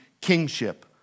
kingship